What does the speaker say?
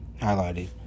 highlighted